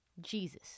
Jesus